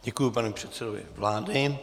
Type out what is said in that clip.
Děkuji panu předsedovi vlády.